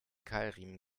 keilriemen